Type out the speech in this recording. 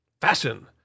Fashion